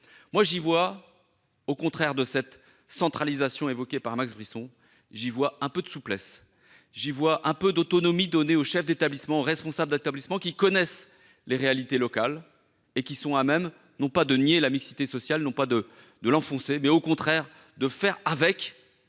cet article, le contraire de la centralisation évoquée par Max Brisson. J'y vois un peu de souplesse, j'y vois un peu d'autonomie donnée aux chefs d'établissement, aux responsables d'établissement, qui connaissent les réalités locales et qui, loin de nier la mixité sociale ou de l'accentuer, sont capables de faire avec-